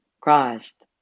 Christ